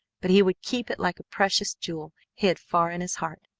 but he would keep it like a precious jewel hid far in his heart,